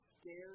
scared